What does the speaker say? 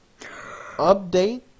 update